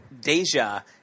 Deja